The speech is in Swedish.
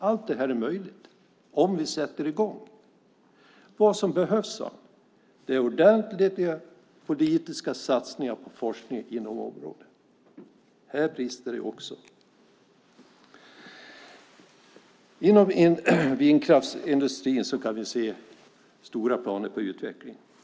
Allt detta är möjligt om vi bara sätter i gång. Det som behövs enligt Elfstadius är ordentliga politiska satsningar på forskning inom området. Här brister det. Inom vindkraftsindustrin kan vi se stora planer på utveckling.